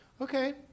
Okay